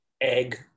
egg